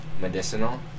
medicinal